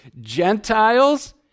Gentiles